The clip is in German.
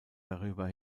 darüber